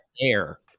air